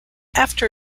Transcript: after